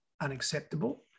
unacceptable